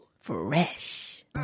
Fresh